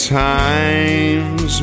times